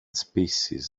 species